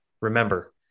remember